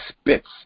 spits